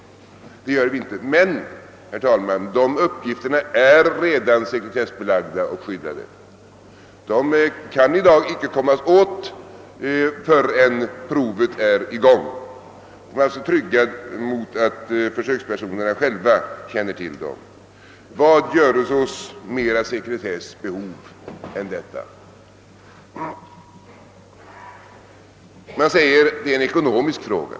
Det gör vi inte heller. Men, herr talman, dessa uppgifter är redan sekretessbelagda och skyddade. De kan i dag icke kommas åt förrän provet är i gång. Man är alltså tryggad mot att försöksperso nerna själva känner till dem. Vad göres oss mera sekretess behov än detta? Det sägs att detta är en ekonomisk fråga.